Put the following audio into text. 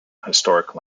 historic